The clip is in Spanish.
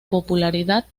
popularidad